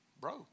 bro